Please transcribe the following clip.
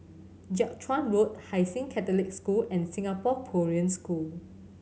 Jiak Chuan Road Hai Sing Catholic School and Singapore Korean School